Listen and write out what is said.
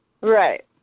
Right